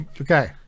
Okay